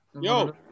yo